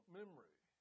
memory